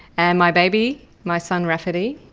and my baby, my son rafferty,